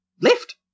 left